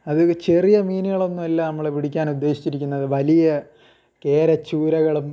അത് ചെറിയ മീനുകളൊന്നുമല്ല നമ്മൾ പിടിക്കാൻ ഉദ്ദേശിച്ചിരിക്കുന്നത് വലിയ കേരച്ചൂരകളും